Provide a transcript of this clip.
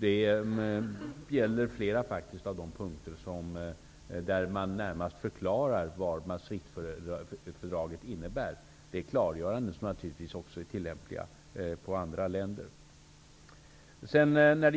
Det gäller flera av de punkter där man närmast förklarar vad Maastrichtfördraget innebär. Det är klargöranden som naturligvis också är tillämpliga på andra länder. Låt mig sedan gå över